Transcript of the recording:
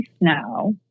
now